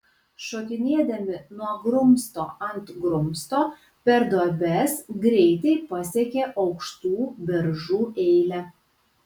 šokinėdami nuo grumsto ant grumsto per duobes greitai pasiekė aukštų beržų eilę